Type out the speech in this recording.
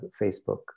Facebook